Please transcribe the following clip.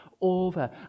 over